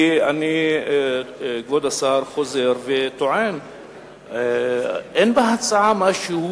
כי, כבוד השר, אני חוזר וטוען שאין בהצעה משהו